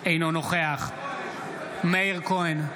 אינו נוכח מאיר כהן,